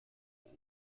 then